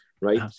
right